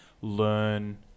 learn